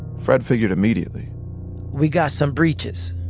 fred figured immediately we got some breaches